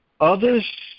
others